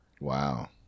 Wow